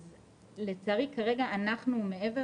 לצערי, כרגע, מעבר